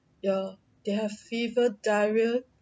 err they have fever diarrhoea